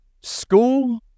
school